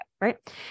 Right